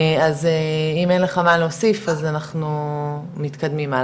אז אם אין לך מה להוסיף אז אנחנו מתקדמים הלאה,